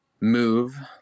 move